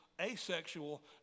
asexual